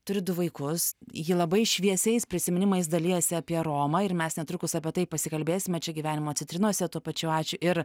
turi du vaikus ji labai šviesiais prisiminimais dalijasi apie romą ir mes netrukus apie tai pasikalbėsime čia gyvenimo citrinose tuo pačiu ačiū ir